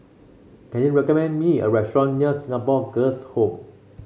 can you recommend me a restaurant near Singapore Girls' Home